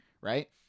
right